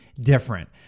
different